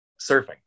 surfing